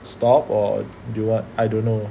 stop or do you want I don't know